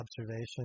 observation